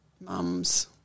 mums